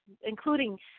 including